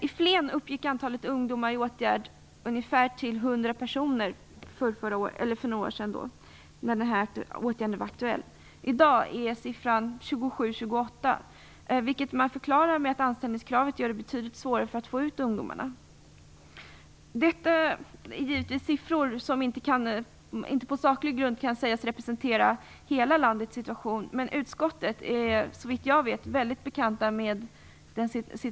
I Flen uppgick antalet ungdomar i arbetsmarknadspolitiska åtgärder till ungefär 100 personer för några år sedan, då denna åtgärd var aktuell. I dag är siffran 27-28, vilket man förklarar med att anställningskravet gör det betydligt svårare att få ut ungdomarna på arbetsmarknaden. Detta är givetvis siffror som inte på saklig grund kan sägas representera hela landets situation, men Flens situation kan inte sägas vara unik.